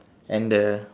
and the